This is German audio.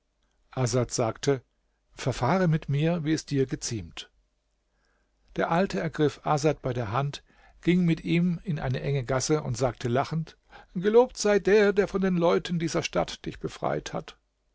sagte verfahre mit mir wie es dir geziemt der alte ergriff asad bei der hand ging mit ihm in eine enge gasse und sagte lachend gelobt sei der der von den leuten dieser stadt dich befreit hat